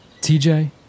TJ